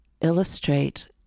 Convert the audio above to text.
illustrate